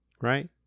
Right